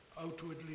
outwardly